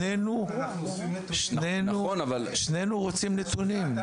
שנינו רוצים נתונים.